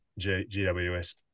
GWS